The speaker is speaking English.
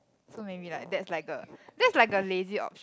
so maybe like there's like a there's like a lazy option